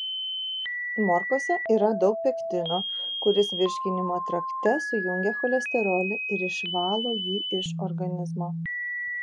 morkose yra daug pektino kuris virškinimo trakte sujungia cholesterolį ir išvalo jį iš organizmo